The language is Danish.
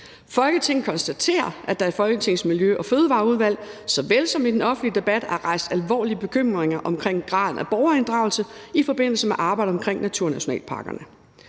Folketinget konstaterer, at der i Folketingets Miljø- og Fødevareudvalg (MOF) såvel som i den offentlige debat er rejst alvorlige bekymringer om graden af borgerinddragelse i forbindelse med arbejdet omkring naturnationalparkerne.